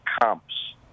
comps